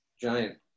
giant